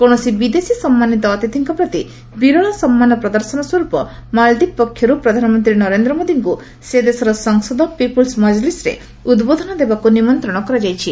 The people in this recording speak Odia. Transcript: କୌଣସି ବିଦେଶୀ ସମ୍ମାନିତ ଅତିଥିଙ୍କ ପ୍ରତି ବିରଳ ସମ୍ମାନ ପ୍ରଦର୍ଶନ ସ୍ୱରୂପ ମାଳଦ୍ୱୀପ ପକ୍ଷରୁ ପ୍ରଧାନମନ୍ତ୍ରୀ ନରେନ୍ଦ୍ର ମୋଦିଙ୍କୁ ସେ ଦେଶର ସଂସଦ ପିପୁଲ୍ସ୍ ମକ୍ଲିସ୍ରେ ଉଦ୍ବୋଧନ ଦେବାକୁ ନିମନ୍ତ୍ରଣ କରାଯାଇଛି